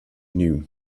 knew